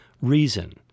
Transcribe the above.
reason